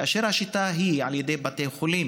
כאשר השיטה שבתי חולים